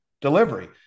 delivery